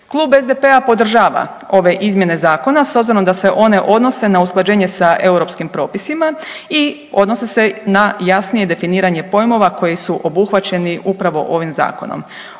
Klub SDP-a podržava ove izmjene zakona s obzirom da se one odnose na usklađenje sa europskim propisima i odnose se na jasnije definiranje pojmova koji su obuhvaćeni upravo ovim zakonom.